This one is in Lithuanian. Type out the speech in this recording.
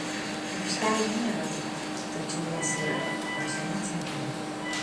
aikštelių nėra daug tačiau jos yra pačiame centre